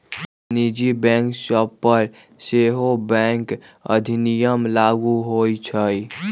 निजी बैंक सभ पर सेहो बैंक अधिनियम लागू होइ छइ